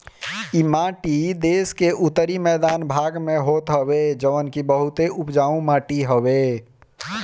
इ माटी देस के उत्तरी मैदानी भाग में होत हवे जवन की बहुते उपजाऊ माटी हवे